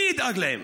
מי ידאג להם?